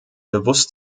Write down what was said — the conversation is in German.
bewusst